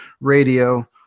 Radio